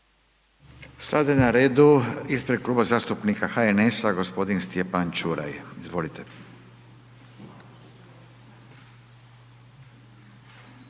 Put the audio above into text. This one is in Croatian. Sada je na redu ispred Kluba zastupnika HNS-a g. Stjepan Čuraj. Izvolite.